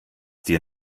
dir